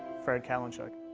fred kalinchuk.